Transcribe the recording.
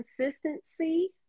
consistency